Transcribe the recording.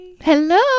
Hello